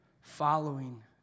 following